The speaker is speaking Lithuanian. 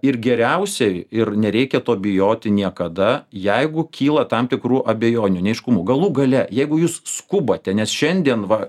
ir geriausia ir nereikia to bijoti niekada jeigu kyla tam tikrų abejonių neaiškumų galų gale jeigu jūs skubate nes šiandien va